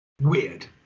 Weird